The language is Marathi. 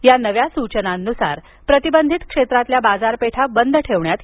या नव्या सूचनांनुसार प्रतिबंधित क्षेत्रातील बाजारपेठा बंद ठेवण्यात येणार आहेत